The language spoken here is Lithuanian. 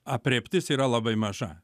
aprėptis yra labai maža